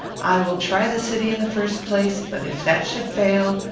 i will try the city in the first place but, if that should fail,